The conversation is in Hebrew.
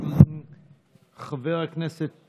חבר הכנסת